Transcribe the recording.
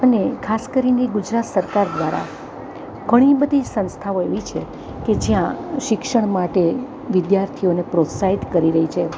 અને ખાસ કરીને ગુજરાત સરકાર દ્વારા ઘણી બધી સંસ્થાઓ એવી છે કે જ્યાં શિક્ષણ માટે વિદ્યાર્થીઓને પ્રોત્સાહિત કરી રહી છે